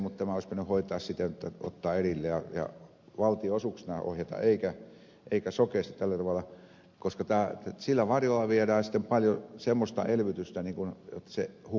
mutta tämä olisi pitänyt hoitaa siten jotta ottaa erilleen ja valtionosuuksina ohjata eikä sokeasti tällä tavalla koska sillä varjolla viedään sitten paljon semmoista elvytystä jotta se hukkautuu täydellisesti